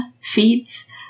feeds